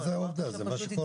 אבל זו עובדה, זה מה שקורה.